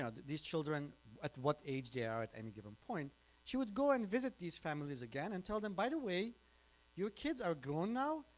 ah these children at what age they ah are at any given point she would go and visit these families again and tell them by the way your kids are gone now,